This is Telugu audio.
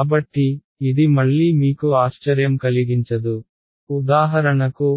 కాబట్టి ఇది మళ్లీ మీకు ఆశ్చర్యం కలిగించదు ఉదాహరణకు